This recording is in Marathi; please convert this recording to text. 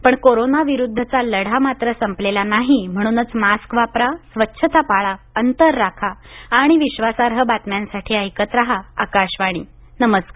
पण कोरोना विरुद्धचा लढा संपलेला नाही म्हणूनच मास्क वापरा स्वच्छता पाळा अंतर राखा आणि विश्वासार्ह बातम्यांसाठी ऐकत रहा आकाशवाणी नमरकार